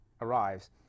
arrives